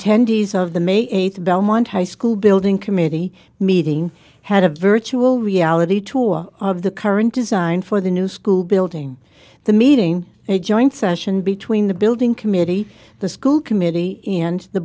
attendees of the may eighth belmont high school building committee meeting had a virtual reality tour of the current design for the new school building the meeting a joint session between the building committee the school committee and the